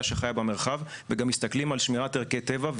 החייה במרחב וגם מסתכלים על שמירת ערכי טבע,